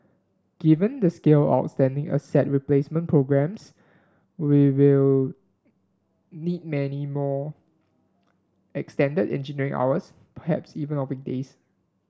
given the scale outstanding asset replacement programmes we will need many more extended engineering hours perhaps even on weekdays